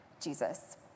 Jesus